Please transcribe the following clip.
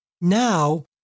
now